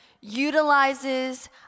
utilizes